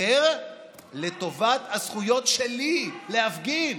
האחר לטובת הזכויות שלי להפגין.